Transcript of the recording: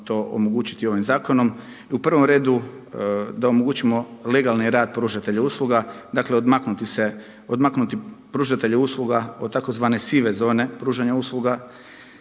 to omogućiti ovim zakonom. I u prvom redu da omogućimo legalni rad pružatelja usluga, dakle odmaknuti se, odmaknuti pružatelje usluga od tzv. sive zone pružanja usluga,